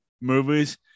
movies